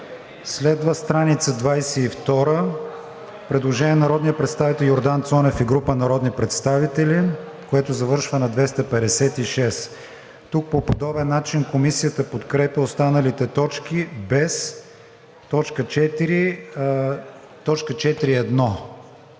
Следва страница 22. Предложение на народния представител Йордан Цонев и група народни представители, което завършва на 256. Тук по подобен начин Комисията подкрепя останалите точки без т. 4.1.